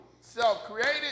self-created